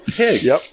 pigs